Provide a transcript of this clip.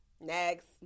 next